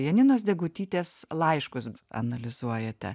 janinos degutytės laiškus analizuojate